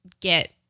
get